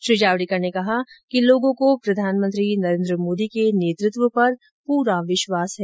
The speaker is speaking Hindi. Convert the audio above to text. श्री जावड़ेकर ने कहा कि लोगों को प्रधानमंत्री नरेन्द्र मोदी के नेतृत्व पर पूरा विश्वास है